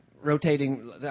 rotating